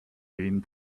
being